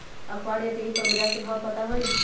अखबार या टी.वी पर बजार के भाव पता होई?